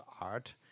art